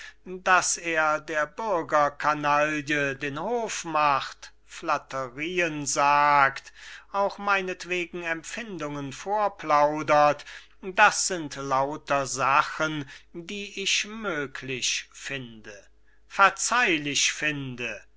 daß er der bürgercanaille den hof macht flatterieen sagt auch meinetwegen empfindungen vorplaudert das sind lauter sachen die ich möglich finde verzeihlich finde aber und